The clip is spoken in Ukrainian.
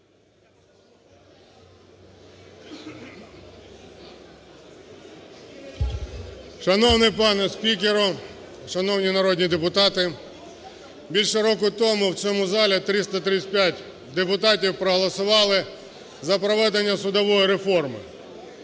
Шановний пане спікере, шановні народні депутати, більше року тому в цьому залі 335 депутатів проголосували за проведення судової реформи.